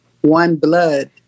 one-blood